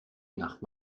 nach